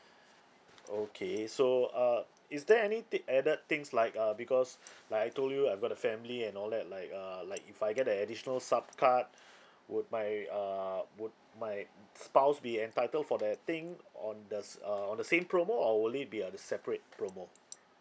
okay so uh is there any thi~ added things like uh because like I told you I've got a family and all that like err like if I get a additional sub card would my err would my spouse be entitled for that thing on the s~ uh on the same promo or will it be a the separate promo